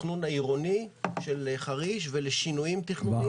לתכנון העירוני של חריש ולשינויים תכנוניים